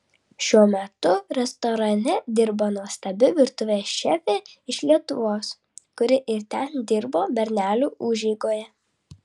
šiuo metu restorane dirba nuostabi virtuvės šefė iš lietuvos kuri ir ten dirbo bernelių užeigoje